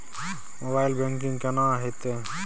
Mobile banking केना हेते?